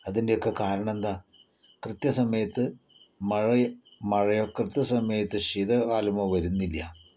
അതിൻ്റെയൊക്കെ കാരണമെന്താ കൃത്യസമയത്ത് മഴയോ കൃത്യസമയത്ത് ശീതകാലമോ വരുന്നില്ല